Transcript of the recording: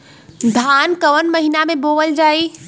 धान कवन महिना में बोवल जाई?